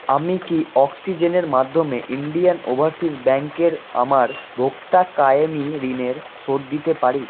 আমি কি অক্সিজেনের মাধ্যমে ইন্ডিয়ান ওভারসিজ ব্যাঙ্কের আমার ভোক্তা কায়েমী ঋণের শোধ দিতে পারি